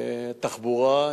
תחבורה,